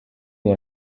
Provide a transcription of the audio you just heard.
nur